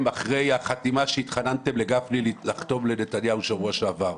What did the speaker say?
אחרי החתימה שהתחננתם לגפני לחתום לנתניהו בשבוע שעבר.